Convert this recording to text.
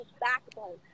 backbone